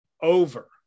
over